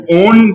own